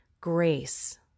grace